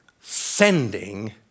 sending